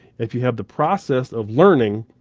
if you have the process of learning,